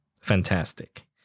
Fantastic